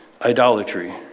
idolatry